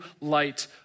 light